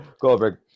Goldberg